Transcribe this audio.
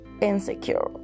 insecure